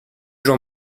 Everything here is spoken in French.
jean